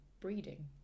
breeding